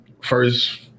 first